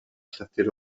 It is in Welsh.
llythyr